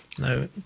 no